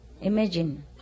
Imagine